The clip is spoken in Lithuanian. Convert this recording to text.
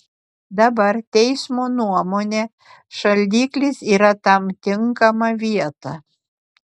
dabar teismo nuomone šaldiklis yra tam tinkama vieta